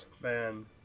man